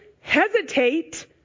hesitate